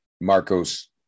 Marcos